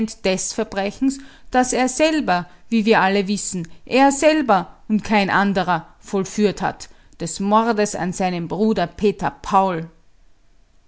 des verbrechens das er selber wie wir alle wissen er selber und kein anderer vollführt hat des mordes an seinem bruder